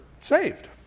saved